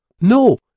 No